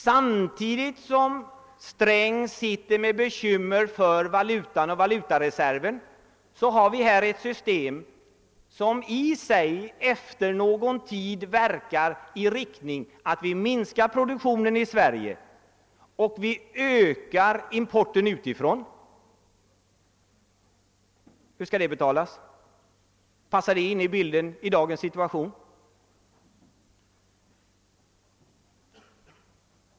Samtidigt som Sträng sitter med bekynimer för valutan och valutareserven finns här ett system som i sig efter någon tid verkar i den riktningen att vi minskar produktionen i Sverige och ökar importen utifrån. Hur skall det motverkas? Passar det in i dagens situation?